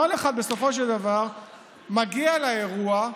כל אחד בסופו של דבר מגיע לאירוע,